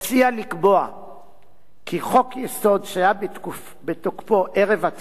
כי חוק-יסוד שהיה בתוקפו ערב תחילתו של חוק-יסוד: החקיקה,